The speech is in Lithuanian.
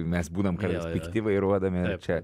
mes būnam kartais pikti vairuodami čia